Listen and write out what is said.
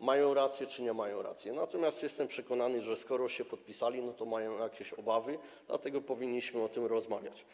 mają rację czy nie mają racji, natomiast jestem przekonany, że skoro się podpisali, to mają jakieś obawy, dlatego powinniśmy o tym rozmawiać.